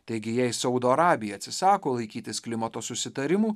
taigi jei saudo arabija atsisako laikytis klimato susitarimų